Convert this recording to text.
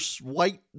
white